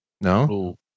No